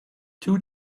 two